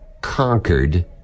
conquered